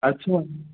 अच्छा